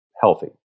healthy